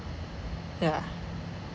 yeah